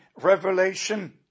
revelation